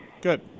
Good